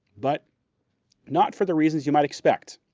but not for the reasons you might expect.